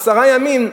עשרה ימים,